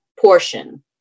portion